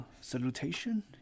salutation